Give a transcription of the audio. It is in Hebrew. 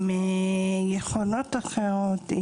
עם יכולות אחרות,